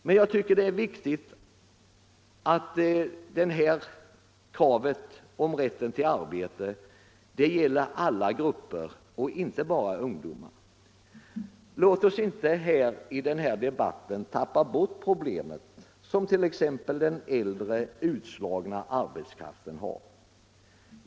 Men jag tycker det är viktigt att detta krav på rätt till arbete gäller alla grupper och inte bara ungdomar. Låt oss inte i den här debatten tappa bort de problem som t.ex. den äldre utslagna arbetskraften har.